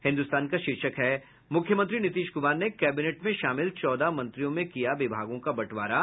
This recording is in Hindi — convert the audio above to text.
हिन्दुस्तान का शीर्षक है मुख्यमंत्री नीतीश कुमार ने कैबिनेट में शामिल चौदह मंत्रियों में किया विभागों का बंटवारा